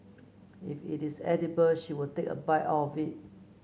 if it is edible she will take a bite of it